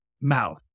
mouth